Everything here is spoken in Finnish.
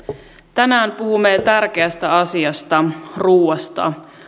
tänään puhumme tärkeästä asiasta ruuasta